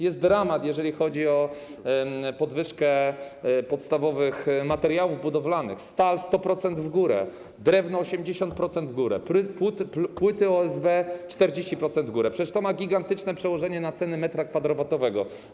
Jest dramat, jeżeli chodzi o podwyżkę podstawowych materiałów budowlanych: stal 100% w górę, drewno 80% w górę, płyty OSB 40% w górę, przecież to ma gigantyczne przełożenie na ceny metra kwadratowego.